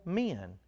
men